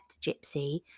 Gypsy